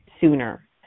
sooner